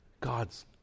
God's